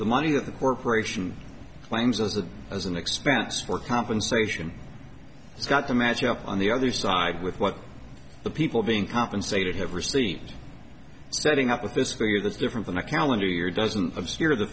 the money that the corporation claims as a as an expense for compensation has got to match up on the other side with what the people being compensated have received setting up with this figure that's different than a calendar year doesn't obscure the